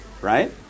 right